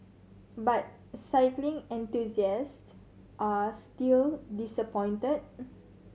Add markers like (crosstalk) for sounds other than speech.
but cycling enthusiast are still disappointed (noise)